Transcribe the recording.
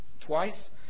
twice